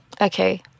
Okay